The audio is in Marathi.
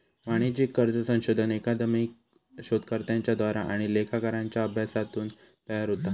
वाणिज्यिक कर्ज संशोधन अकादमिक शोधकर्त्यांच्या द्वारा आणि लेखाकारांच्या अभ्यासातून तयार होता